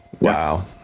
Wow